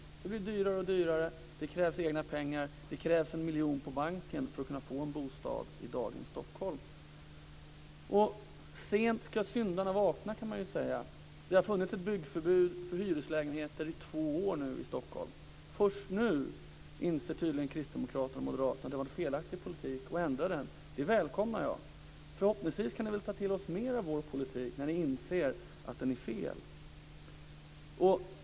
Det blir dyrare och dyrare och det krävs egna pengar. Det krävs 1 miljon på banken för att kunna få en bostad i dagens Stockholm. Sent ska syndarna vakna, kan man säga. Det har ju nu i två år funnits ett byggförbud för hyreslägenheter i Stockholm. Först nu inser tydligen kristdemokrater och moderater att det varit en felaktig politik och ändrar den. Det välkomnar jag. Förhoppningsvis kan ni ta till er mer av vår politik när ni inser att politiken är fel.